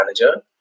manager